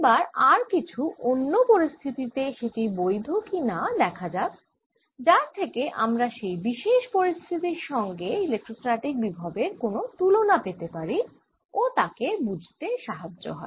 এবার আর কিছু অন্য পরিস্থিতি তে সেটি বৈধ কি না দেখা যাক যার থেকে আমরা সেই বিশেষ পরিস্থিতির সঙ্গে ইলেট্রোস্ট্যাটিক বিভবের কোন তুলনা পেতে পারি ও তাকে বুঝতে সাহাজ্য হয়